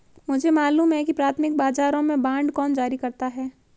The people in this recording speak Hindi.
मुझे मालूम है कि प्राथमिक बाजारों में बांड कौन जारी करता है